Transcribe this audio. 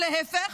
או להפך,